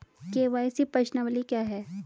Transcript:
KYC प्रश्नावली क्या है?